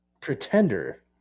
pretender